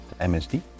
MSD